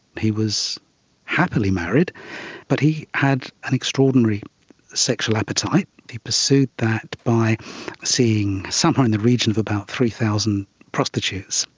he was happily married but he had an extraordinary sexual appetite. he pursued that by seeing somewhere in the region of about three thousand prostitutes,